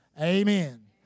amen